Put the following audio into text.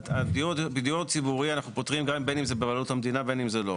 בדיור ציבורי אנחנו פוטרים גם אם זה בבעלות המדינה וגם אם זה לא.